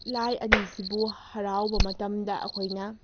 ꯂꯥꯏ ꯑꯅꯤꯁꯤꯕꯨ ꯍꯔꯥꯎꯕ ꯃꯇꯝꯗ ꯑꯩꯈꯣꯏꯅ